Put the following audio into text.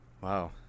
Wow